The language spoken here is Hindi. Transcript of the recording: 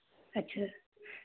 अच्छा